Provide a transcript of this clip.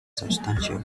substantial